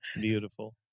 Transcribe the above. Beautiful